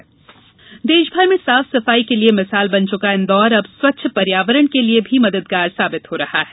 इन्दौर पर्यावरण देषभर में साफ सफाई के लिए मिसाल बन चुका इंदौर अब स्वच्छ पर्यावरण के लिए भी मददगार साबित हो रहा है